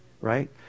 Right